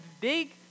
big